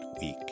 week